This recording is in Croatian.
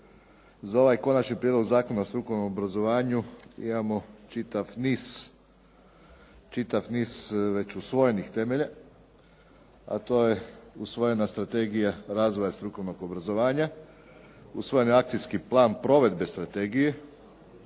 za ovaj Konačni prijedlog Zakona o strukovnom obrazovanju imamo čitav niz već usvojenih temelja, a to je usvojena Strategija razvoja strukovnog obrazovanja, usvojen je Akcijski plan provedbe strategije,